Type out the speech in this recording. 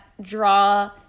draw